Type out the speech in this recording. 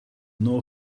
know